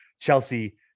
Chelsea